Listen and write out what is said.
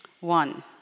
One